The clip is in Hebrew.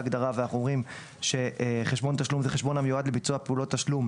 ואומרים שחשבון תשלום הוא חשבון המיועד לביצוע פעולות תשלום,